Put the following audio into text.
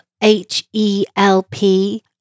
H-E-L-P